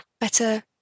better